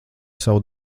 savu